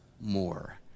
more